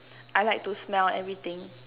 I like to smell everything